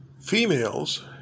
Females